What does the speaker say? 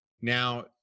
Now